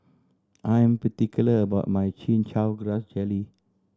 I am particular about my Chin Chow Grass Jelly